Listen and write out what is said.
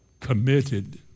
committed